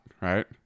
right